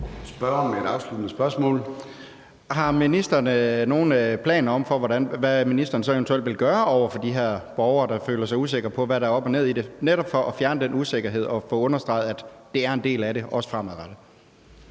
Har ministeren nogen planer for, hvad ministeren så eventuelt vil gøre over for de her borgere, der føler sig usikre på, hvad der er op og ned i det, netop for at fjerne den usikkerhed og få understreget, at det er en del af det også fremadrettet?